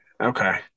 okay